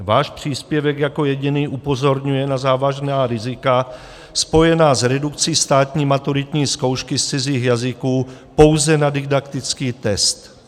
Váš příspěvek jako jediný upozorňuje na závažná rizika spojená s redukcí státní maturitní zkoušky z cizích jazyků pouze na didaktický test.